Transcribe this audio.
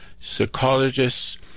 Psychologists